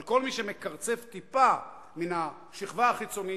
אבל כל מי שמקרצף טיפה מן השכבה החיצונית,